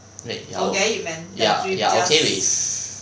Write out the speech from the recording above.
great ya ya ya okay with